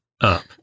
up